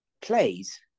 plays